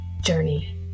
journey